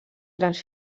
grans